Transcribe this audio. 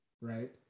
right